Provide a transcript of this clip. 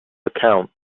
account